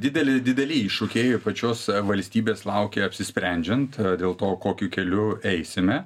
dideli dideli iššūkiai ir pačios valstybės laukia apsisprendžiant dėl to kokiu keliu eisime